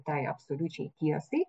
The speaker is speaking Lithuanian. tai absoliučiai tiesai